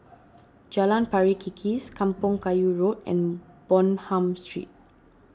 Jalan Pari Kikis Kampong Kayu Road and Bonham Street